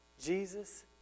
Jesus